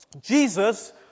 Jesus